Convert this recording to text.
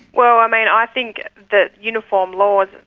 well, um i and i think that uniform laws,